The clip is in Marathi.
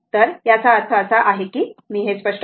तर याचा अर्थ असा आहे की मी हे स्पष्ट करते